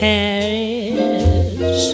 Paris